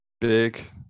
big